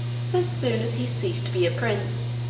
so soon as he ceased to be a prince,